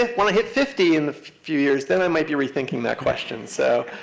when i hit fifty in few years, then i might be rethinking that question, so.